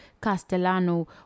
Castellano